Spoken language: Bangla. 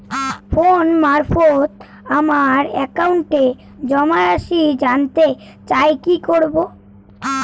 ফোন মারফত আমার একাউন্টে জমা রাশি কান্তে চাই কি করবো?